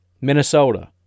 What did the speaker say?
Minnesota